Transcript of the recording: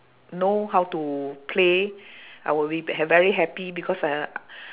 know how to play I will be ve~ very happy because uh